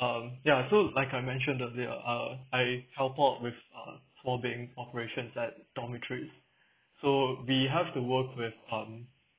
uh ya so like I mentioned thursday ah uh I help out with uh swabbing operation at dormitory so we have to work with um